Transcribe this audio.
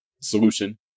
solution